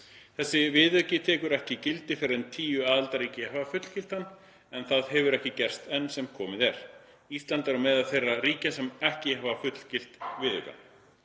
Þessi viðauki tekur ekki gildi fyrr en tíu aðildarríki hafa fullgilt hann, en það hefur ekki gerst enn sem komið er. Ísland er meðal þeirra ríkja sem ekki hafa fullgilt viðaukann.